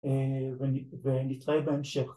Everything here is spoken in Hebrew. ‫ונתראה בהמשך.